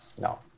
No